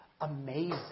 Amazing